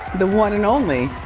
the one and only,